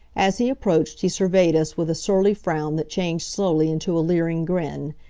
as he approached he surveyed us with a surly frown that changed slowly into a leering grin.